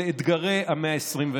לעתיד.